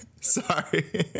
Sorry